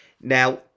now